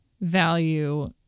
value